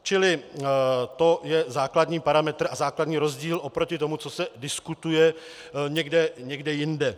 Čili to je základní parametr a základní rozdíl oproti tomu, co se diskutuje někde jinde.